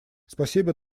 спасибо